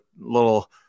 little